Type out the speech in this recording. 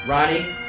Ronnie